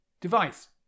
device